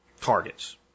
targets